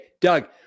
Doug